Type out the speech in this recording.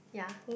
ya